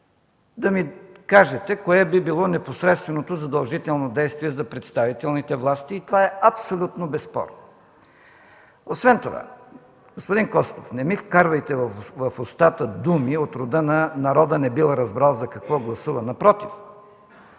да ми кажете кое би било непосредственото задължително действие за представителните власти, и това е абсолютно безспорно. Освен това, господин Костов, не ми вкарвайте в устата думи от рода на „Народът не бил разбрал за какво гласува.” Напротив,